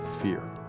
fear